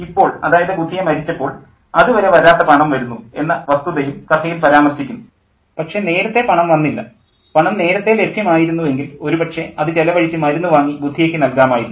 ഇപ്പോൾ അതായത് ബുധിയ മരിച്ചപ്പോൾ അതു വരെ വരാത്ത പണം വരുന്നു എന്ന വസ്തുതയും കഥയിൽ പരാമർശിക്കുന്നു പക്ഷേ നേരത്തെ പണം വന്നില്ല പണം നേരത്തെ ലഭ്യമായിരുന്നു എങ്കിൽ ഒരുപക്ഷേ അതു ചെലവഴിച്ച് മരുന്ന് വാങ്ങി ബുധിയയ്ക്ക് നൽകാമായിരുന്നു